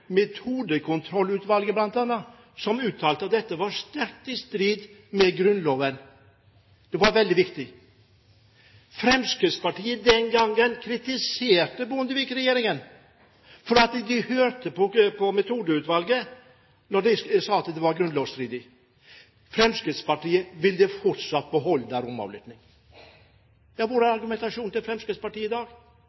Metodekontrollutvalget uttalte at dette var sterkt i strid med Grunnloven. Det var veldig viktig. Den gangen kritiserte Fremskrittspartiet regjeringen for at de hørte på Metodekontrollutvalget som sa at det var grunnlovstridig. Fremskrittspartiet ville fortsatt beholde romavlytting. Hvor er argumentasjonen til Fremskrittspartiet i dag? Der